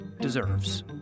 deserves